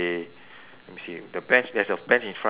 let me see the bench there's a bench in front right